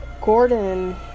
Gordon